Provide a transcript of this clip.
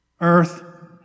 Earth